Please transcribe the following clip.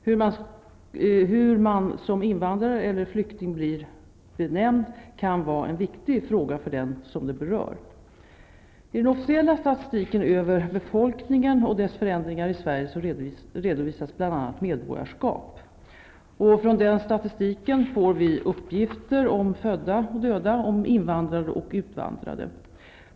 Hur man som invandrare eller flykting blir benämnd kan vara en viktig fråga för den som det berör. medborgarskap. Från den statistiken får vi uppgifter om födda och döda, om invandrade och utvandrade.